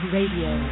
Radio